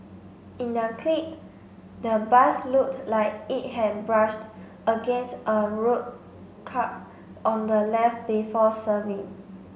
in the clip the bus looked like it had brushed against a road curb on the left before swerving